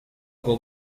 por